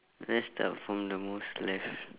let's start from the most left